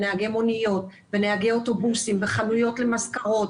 נהגי מוניות ונהגי אוטובוסים וחנויות למזכרות,